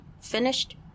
finished